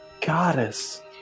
goddess